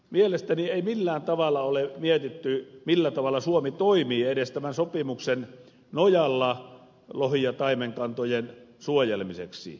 mielestäni ei millään tavalla ole mietitty millä tavalla suomi toimii edes tämän sopimuksen nojalla lohi ja taimenkantojen suojelemiseksi